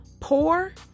Pour